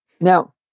Now